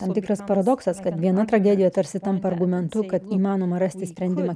tam tikras paradoksas kad viena tragedija tarsi tampa argumentu kad įmanoma rasti sprendimą